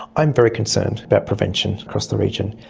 i'm very concerned about prevention across the region,